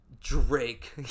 Drake